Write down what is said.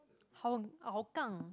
how Hougang